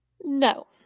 No